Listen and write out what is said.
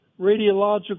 radiological